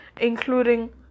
including